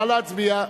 נא להצביע.